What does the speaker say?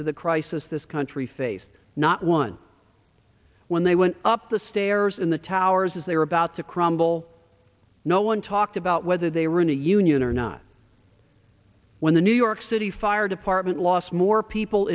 to the crisis this country faced not one when they went up the stairs in the towers as they were about to crumble no one talked about whether they were in a union or not when the new york city fire department lost more people